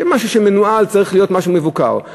משהו מנוהל צריך להיות משהו מבוקר,